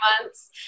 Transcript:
months